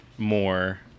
more